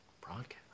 broadcast